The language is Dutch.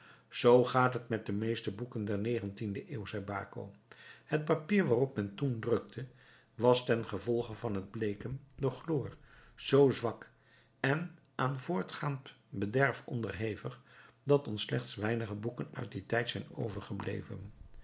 zoo gaat het met de meeste boeken der negentiende eeuw zeide baco het papier waarop men toen drukte was ten gevolge van het bleeken door chloor zoo zwak en aan voortgaand bederf onderhevig dat ons slechts weinige boeken uit dien tijd zijn overgebleven